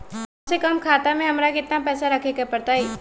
कम से कम खाता में हमरा कितना पैसा रखे के परतई?